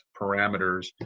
parameters